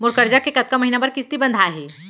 मोर करजा के कतका महीना बर किस्ती बंधाये हे?